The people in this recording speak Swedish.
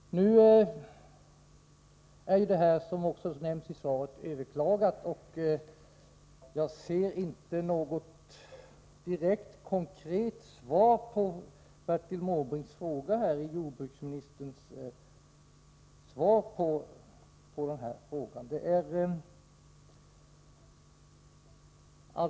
133 Nu är detta ärende, såsom också nämns i svaret, överklagat. Jag kan inte finna att jordbruksministern ger något direkt konkret svar på Bertil Måbrinks fråga.